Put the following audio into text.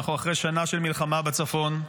אנחנו אחרי שנה של מלחמה בצפון,